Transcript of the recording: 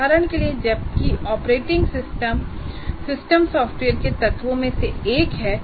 उदाहरण के लिए जबकि ऑपरेटिंग सिस्टम सिस्टम सॉफ्टवेयर के तत्वों में से एक है